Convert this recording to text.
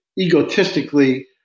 egotistically